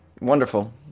Wonderful